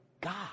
God